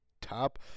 top